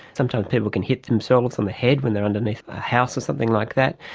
sometimes people can hit themselves on the head when they are underneath a house or something like that,